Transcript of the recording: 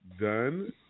done